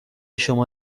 شما